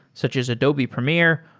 such as adobe premiere,